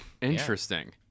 Interesting